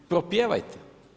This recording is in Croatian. Propjevajte.